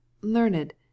learned